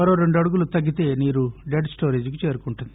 మరో రెండు అడుగులు తగ్గితే నీరు డెడ్ స్లోరేజికి చేరుకుంటుంది